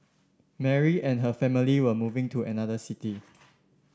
Mary and her family were moving to another city